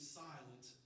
silent